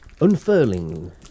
unfurling